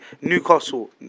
Newcastle